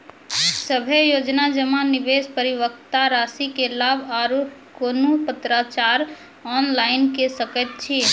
सभे योजना जमा, निवेश, परिपक्वता रासि के लाभ आर कुनू पत्राचार ऑनलाइन के सकैत छी?